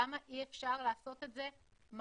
למה אי אפשר לעשות את זה מהר?